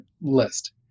list